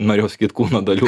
norėjau sakyt kūno dalių